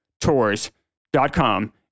Tours.com